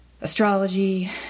astrology